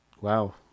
Wow